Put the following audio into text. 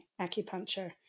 acupuncture